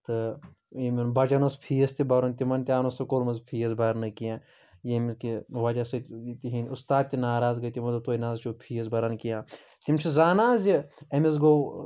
تہٕ یِمن بَچن اوس فیٖس تہِ بَرُن تِمن تہِ آو نہٕ سکوٗل منٛزٕ فیٖس بَرنہٕ کیٚنٛہہ ییٚمہِ کہِ وجہ سۭتۍ تِہٕنٛدۍ اُستاد تہِ ناراض گٔے تِمو دوٚپ تُہۍ نہَ حظ چھُو فیٖس بَران کیٚنٛہہ تِم چھِ زانان زِ أمِس گوٚو